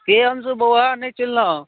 के अंशू बौआ नहि चिन्हलहुॅं